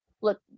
look